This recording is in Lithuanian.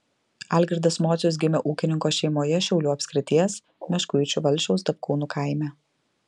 algirdas mocius gimė ūkininko šeimoje šiaulių apskrities meškuičių valsčiaus dapkūnų kaime